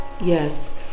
Yes